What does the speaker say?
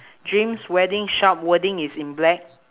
dreams wedding shop wording is in black